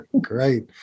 Great